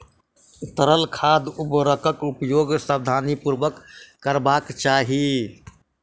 तरल खाद उर्वरकक उपयोग सावधानीपूर्वक करबाक चाही